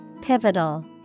Pivotal